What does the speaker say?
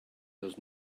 does